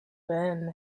been